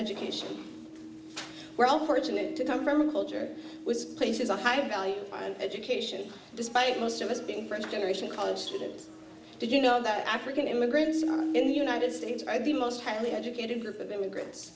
education were all fortunate to come from a culture was placed as a high value education despite most of us being from a generation college students did you know that african immigrants in the united states are the most highly educated group of immigrants